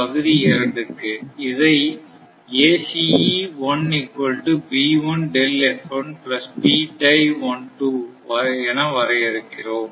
பகுதி 2 க்கு இதை என வரையருக்கிறோம்